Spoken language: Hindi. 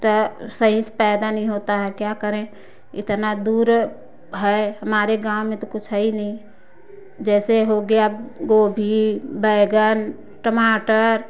तो सही से पैदा नहीं होता है क्या करें इतना दूर है हमारे गाँव में तो कुछ है ही नहीं जैसे हो गया गोभी बैंगन टमाटर